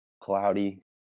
cloudy